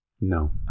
No